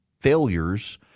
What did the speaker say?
failures